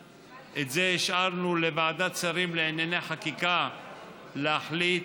את זה השארנו לוועדת שרים לענייני חקיקה להחליט,